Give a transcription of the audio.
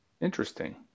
Interesting